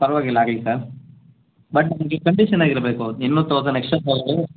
ಪರವಾಗಿಲ್ಲ ಆಗಲಿ sir but ನಮಗೆ ಕಂಡೀಷನಾಗಿರಬೇಕು ಇನ್ನೂ ಥೌಸಂಡ್ ಎಕ್ಸ್ಟ್ರಾ ತಗೊಳ್ಳಿ